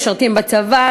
משרתים בצבא,